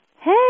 hey